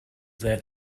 that